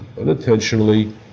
unintentionally